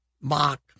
mock